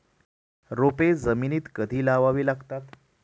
रोपे जमिनीत कधी लावावी लागतात?